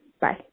bye